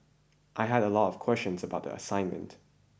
I had a lot of questions about the assignment